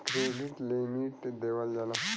credit limit देवल जाला